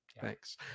Thanks